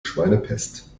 schweinepest